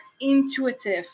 intuitive